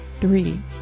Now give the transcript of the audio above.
Three